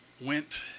went